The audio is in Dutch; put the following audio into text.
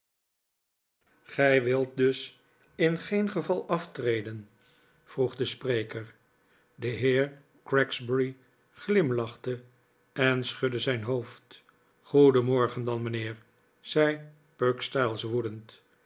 gij wilt dus in geen geval aftreden vroeg de spreker de heer gregsbury glimlachte en schudde zijn hoofd goedenmorgen dan mijnheer zei pugstyles